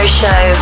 show